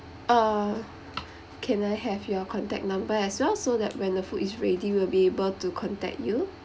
uh can I have your contact number as well so that when the food is ready we'll be able to contact you